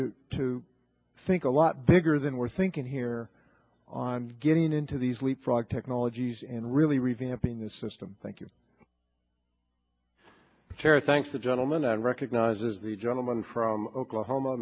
need to think a lot bigger than we're thinking here on getting into these leapfrog technologies and really revamping the system thank you sarah thanks the gentleman that recognizes the gentleman from oklahoma